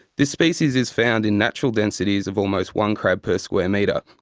this species is found in natural densities of almost one crab per square metre.